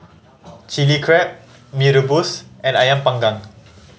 Chili Crab Mee Rebus and Ayam Panggang